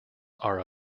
are